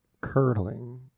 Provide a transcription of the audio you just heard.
curdling